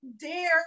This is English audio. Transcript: dare